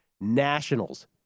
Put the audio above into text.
Nationals